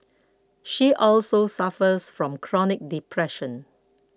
she also suffers from chronic depression